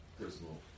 personal